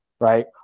right